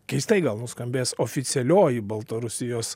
keistai gal nuskambės oficialioji baltarusijos